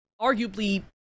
arguably